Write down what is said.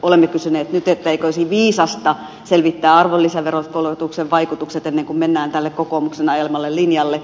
olemme kysyneet nyt eikö olisi viisasta selvittää arvonlisäverokorotuksen vaikutukset ennen kuin mennään tälle kokoomuksen ajamalle linjalle